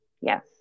Yes